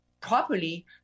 properly